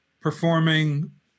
performing